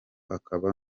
akaba